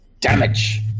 damage